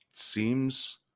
seems